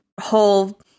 whole